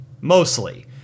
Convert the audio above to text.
mostly